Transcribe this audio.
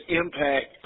impact